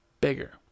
bigger